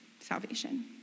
salvation